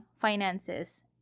finances